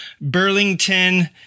Burlington